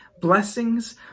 blessings